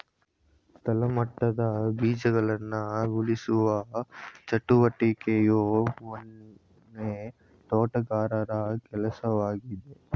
ತಳಮಟ್ಟದ ಬೀಜಗಳನ್ನ ಉಳಿಸುವ ಚಟುವಟಿಕೆಯು ಮನೆ ತೋಟಗಾರರ ಕೆಲ್ಸವಾಗಿದೆ